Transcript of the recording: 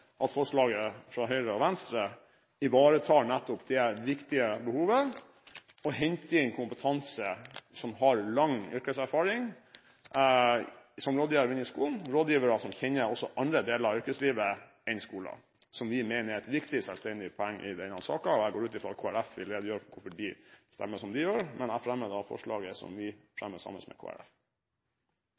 at forslaget fra Høyre og Venstre ivaretar nettopp det viktige behovet å hente inn rådgivere til skolen med kompetanse og lang yrkeserfaring, rådgivere som kjenner også andre deler av yrkeslivet enn skolen, og som vi mener er et viktig selvstendig poeng i denne saken. Jeg går ut fra at Kristelig Folkeparti vil redegjøre for hvorfor de stemmer som de gjør, men jeg fremmer forslaget som vi har sammen med